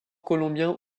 colombiens